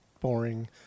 boring